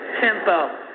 tempo